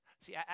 See